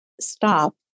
stop